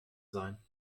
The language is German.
sein